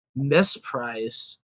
misprice